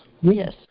Yes